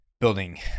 building